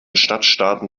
stadtstaaten